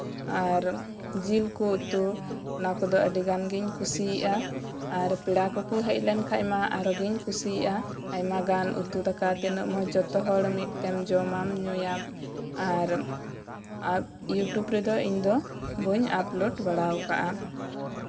ᱟᱨ ᱡᱤᱞ ᱠᱚ ᱩᱛᱩ ᱚᱱᱟ ᱠᱚᱫᱚ ᱟᱹᱰᱤ ᱜᱟᱱ ᱜᱤᱧ ᱠᱩᱥᱤᱭᱟᱜᱼᱟ ᱟᱨ ᱯᱮᱲᱟ ᱠᱚᱠᱚ ᱦᱮᱡ ᱞᱮᱱ ᱠᱷᱟᱡ ᱢᱟ ᱟᱨᱚᱜᱤᱧ ᱠᱩᱥᱤᱭᱟᱜᱼᱟ ᱟᱭᱢᱟ ᱜᱟᱱ ᱩᱛᱩ ᱫᱟᱠᱟ ᱛᱤᱱᱟᱹᱜ ᱢᱚᱡᱽ ᱡᱚᱛᱚ ᱦᱚᱲ ᱢᱤᱫ ᱛᱮᱢ ᱡᱚᱢᱟᱢᱼᱧᱩᱭᱟᱢ ᱟᱨ ᱟᱨ ᱤᱭᱩᱪᱩᱵ ᱨᱮᱫᱚ ᱤᱧ ᱫᱚ ᱵᱟᱹᱧ ᱟᱯᱞᱳᱰ ᱵᱟᱲᱟᱣ ᱠᱟᱫᱼᱟ